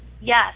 Yes